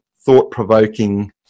thought-provoking